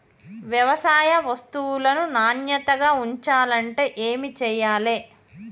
వ్యవసాయ వస్తువులను నాణ్యతగా ఉంచాలంటే ఏమి చెయ్యాలే?